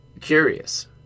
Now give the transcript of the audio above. curious